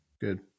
Good